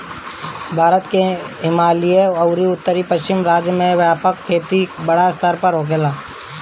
भारत के हिमालयी अउरी उत्तर पश्चिम राज्य में व्यापक खेती बड़ स्तर पर होखेला